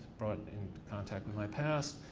brought in contact with my past.